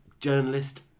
journalist